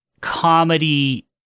comedy